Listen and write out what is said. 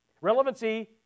relevancy